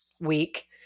week